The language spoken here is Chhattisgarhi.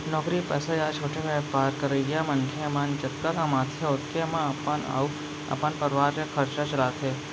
नौकरी पइसा या छोटे बयपार करइया मनखे मन जतका कमाथें ओतके म अपन अउ अपन परवार के खरचा चलाथें